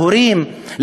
להורים,